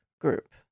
group